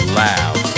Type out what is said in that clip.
loud